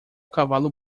cavalo